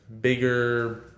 bigger